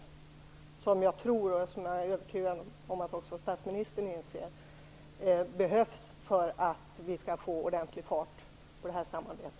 Jag tror - och jag är övertygad om att också statsministern inser det - att det behövs för att vi skall få ordentlig fart på detta samarbete.